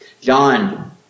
John